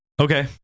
Okay